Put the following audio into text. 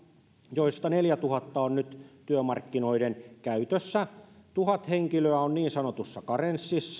joista neljätuhatta on on nyt työmarkkinoiden käytössä tuhat henkilöä on niin sanotussa karenssissa